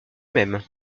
même